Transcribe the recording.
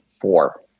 four